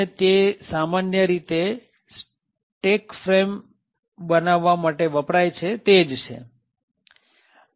અને તે સામાન્ય રીતે સ્ટેક ફ્રેમ બનાવવા માટે વપરાય છે તે જ છે